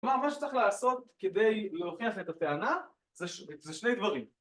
כלומר, מה שצריך לעשות כדי להוכיח את הטענה, זה שני דברים.